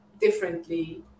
differently